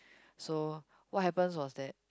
so what happens was that